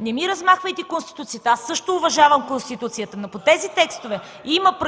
не ми размахвайте Конституцията. Аз също уважавам Конституцията, но по тези текстове има